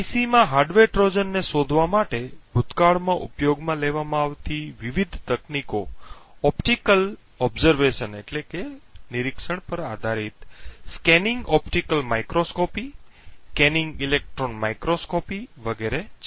IC માં hardware ટ્રોજનને શોધવા માટે ભૂતકાળમાં ઉપયોગમાં લેવામાં આવતી વિવિધ તકનીકો ઓપ્ટિકલ નિરીક્ષણ પર આધારિત scanning optical microscopy scanning electron microscopy વગેરે છે